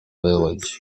village